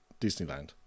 Disneyland